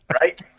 right